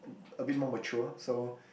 a bit more mature so